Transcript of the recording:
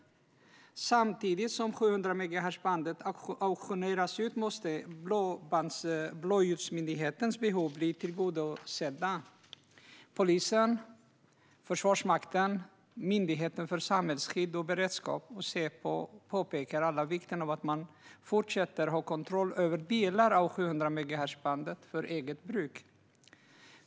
Samtidigt som 700-megahertzbandet auktioneras ut måste blåljusmyndigheternas behov bli tillgodosedda. Polisen, Försvarsmakten, Myndigheten för samhällsskydd och beredskap och Säpo påpekar alla vikten av att de fortsätter ha kontroll över delar av 700-megahertzbandet för eget bruk.